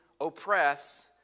oppress